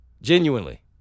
Genuinely